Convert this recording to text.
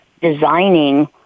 designing